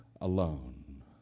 alone